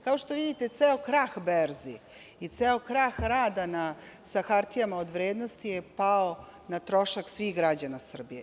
Kao što vidite, ceo krah berzi i ceo krah rada sa hartijama od vrednosti je pao na trošak svih građana Srbije.